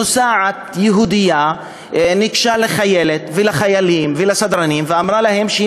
נוסעת יהודייה ניגשה לחיילת ולחיילים ולסדרנים ואמרה להם שהיא